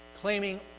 claiming